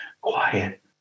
quiet